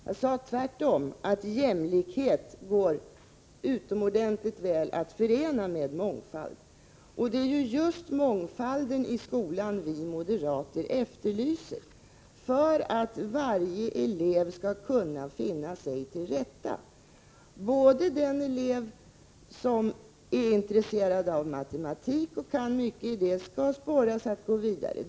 Jag sade tvärtom, att jämlikhet går utomordentligt väl att förena med mångfald. Det är just mångfalden i skolan vi moderater efterlyser, för att varje elev skall kunna finna sig till rätta. Den elev som är intresserad av matematik och kan mycket i det ämnet skall sporras att gå vidare.